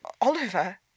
Oliver